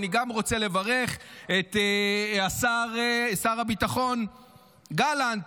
אני רוצה לברך גם את שר הביטחון גלנט,